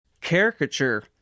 caricature